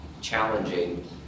challenging